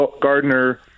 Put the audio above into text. Gardner –